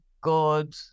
good